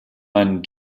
meinen